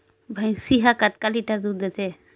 भंइसी हा कतका लीटर दूध देथे?